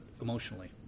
Emotionally